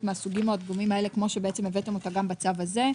מהסוגים האלה כמו שהבאתם אותה בצו הזה,